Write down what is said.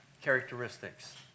characteristics